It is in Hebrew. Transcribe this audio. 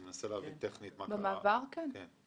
במעבר, כן.